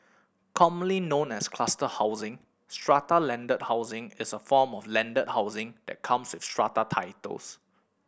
commonly known as cluster housing strata landed housing is a form of landed housing that comes with strata titles